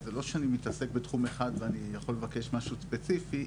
זה לא שאני מתעסק בתחום אחד ואני מבקש משהו ספציפי,